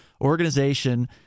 organization